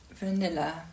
Vanilla